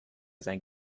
seinen